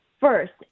First